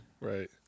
right